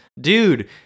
Dude